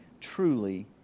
truly